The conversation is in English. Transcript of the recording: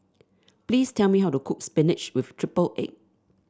please tell me how to cook spinach with triple egg